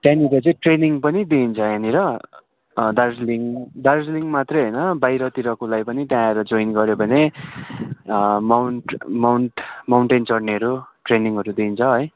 त्यहाँनिर चाहिँ ट्रेनिङ् पनि दिइन्छ यहाँनिर दार्जिलिङ दार्जिलिङ मात्र होइन बाहिरतिरकोलाई पनि त्यहाँ आएर जोइन गर्यो भने माउन्ट माउन्ट माउन्टेन चढ्नेहरू ट्रेनिङहरू दिन्छ है